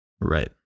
Right